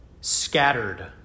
scattered